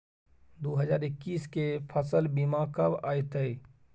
दु हजार एक्कीस के फसल बीमा कब अयतै?